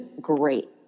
great